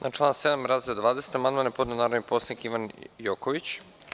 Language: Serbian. Na član 7. razdeo 20. amandman je podneo narodni poslanik Ivan Joković.